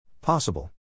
Possible